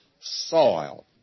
soil